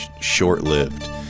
short-lived